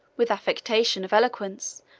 with affectation of eloquence,